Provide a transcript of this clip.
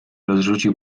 rozrzucił